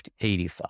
85